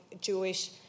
Jewish